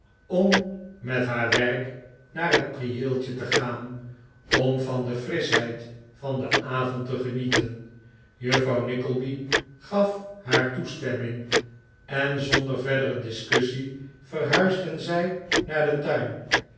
om met haar werk naar het prieeltje te gaan om van de frischheid van den avond te genieten juffrouw nickleby gaf haar toestemming en zonder verdere discussie verhuisden zij naar den tuin